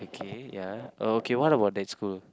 okay ya oh okay what about that school